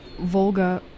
Volga